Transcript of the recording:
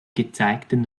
gezeigten